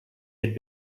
had